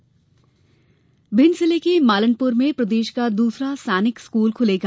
सैनिक स्कूल भिंड जिले के मालनपुर में प्रदेश का दूसरा सैनिक स्कूल खुलेगा